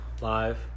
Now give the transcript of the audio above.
Live